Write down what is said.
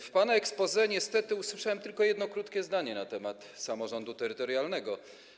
W pana exposé niestety usłyszałem tylko jedno krótkie zdanie na temat samorządu terytorialnego.